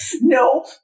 no